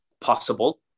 possible